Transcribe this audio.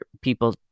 people